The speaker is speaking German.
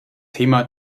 thema